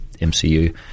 MCU